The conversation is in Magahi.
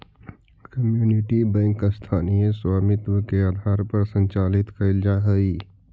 कम्युनिटी बैंक स्थानीय स्वामित्व के आधार पर संचालित कैल जा हइ